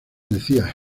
decía